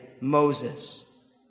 Moses